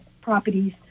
properties